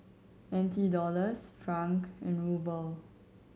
N T Dollars franc and Ruble